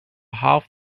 half